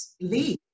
leave